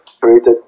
created